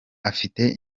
afite